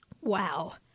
Wow